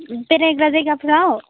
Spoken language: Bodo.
बेरायग्रा जायगाफ्राव